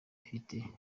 ifite